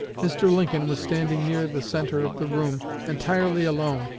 mr. lincoln was standing near the centre of the room, entirely alone,